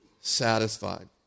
satisfied